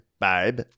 Babe